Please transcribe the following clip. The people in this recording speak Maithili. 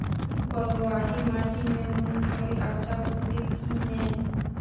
बलवाही माटी में मूंगफली अच्छा होते की ने?